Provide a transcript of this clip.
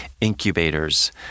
incubators